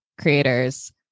creators